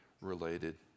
related